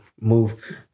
Move